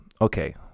okay